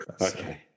Okay